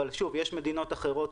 אבל יש מדינות אחרות,